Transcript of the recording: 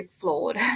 flawed